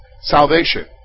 Salvation